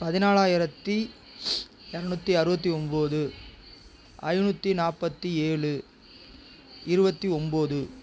பதினாலாயிரத்தி இரநூற்றி அறுபத்தி ஒம்பது ஐநூற்றி நாற்பத்தி ஏழு இருபத்தி ஒம்பது